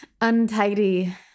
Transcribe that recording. untidy